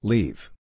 Leave